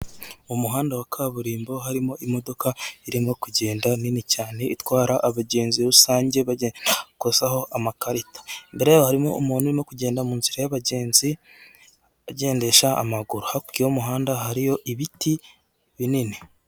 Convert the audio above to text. Umuhanda wa kaburimbo harimo imodoka irimo kugenda nini cyane itwara abagenzi rusange bagenda bakozaho amakarita. Imbere yaho harimo umuntu urimo kugenda mu nzira y'abagenzi, agendesha amaguru. Hakurya y'umuhanda hariyo ibiti binini.